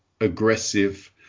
Aggressive